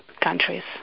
countries